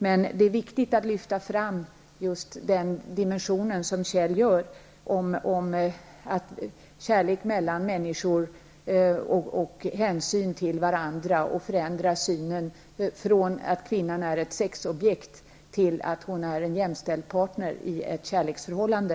Men det är viktigt att lyfta fram just den dimension som Kjell Eldensjö gör; kärlek mellan människor och hänsyn till varandra samt förändringen av synen på kvinnan, från att hon är ett sexobjekt till att hon är en jämställd partner i ett kärleksförhållande.